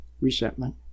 resentment